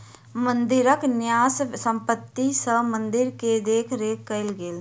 मंदिरक न्यास संपत्ति सॅ मंदिर के देख रेख कएल गेल